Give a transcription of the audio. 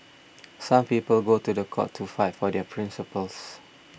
some people go to the court to fight for their principles